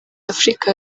afurika